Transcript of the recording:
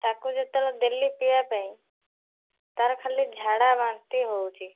ତାକୁ ଯେତେବେଳେ ଦେଲି ପିଇବା ପାଇଁ ତାର ଖାଲି ଝାଡ଼ାବାନ୍ତି ହେଉଛି